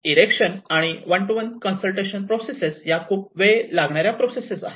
इरेक्टिव आणि one to one consultation process या खूप वेळ लागणाऱ्या प्रोसेस आहेत